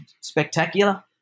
spectacular